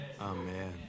Amen